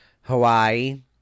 Hawaii